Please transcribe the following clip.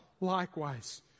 likewise